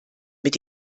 mit